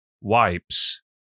Wipes